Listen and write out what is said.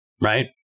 right